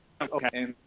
okay